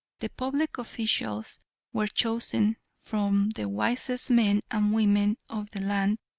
the public officials were chosen from the wisest men and women of the land.